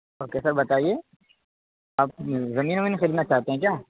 okay sir بتائیے آپ زمین ومین خریدنا چاہتے ہیں کیا